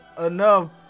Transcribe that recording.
enough